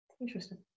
Interesting